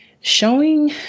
showing